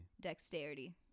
Dexterity